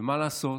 מה לעשות,